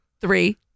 Three